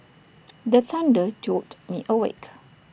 the thunder jolt me awake